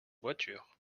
voiture